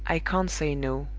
i can't say no.